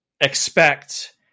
expect